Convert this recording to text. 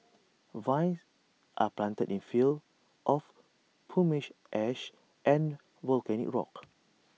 vines are planted in fields of pumice ash and volcanic rock